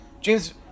james